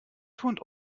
turnt